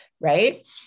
right